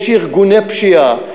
יש ארגוני פשיעה.